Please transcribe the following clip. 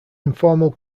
informal